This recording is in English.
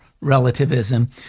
relativism